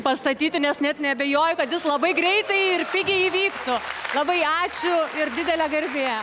pastatyti nes net neabejoju kad jis labai greitai ir pigiai įvyktų labai ačiū ir didelė garbė